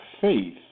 faith